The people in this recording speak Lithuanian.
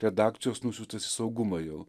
redakcijos nusiųstas į saugumą jau